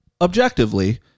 Objectively